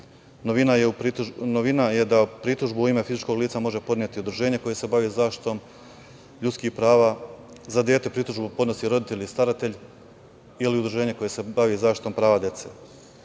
je da pritužbu u ime fizičkog lica može podneti udruženje koje se bavi zaštitom ljudskih prava, za dete pritužbu podnosi roditelj ili staratelj ili udruženje koje se bavi zaštitom prava dece. Novim